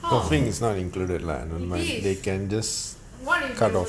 so the thing is not included lah normally they can just cut off